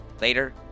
Later